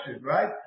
right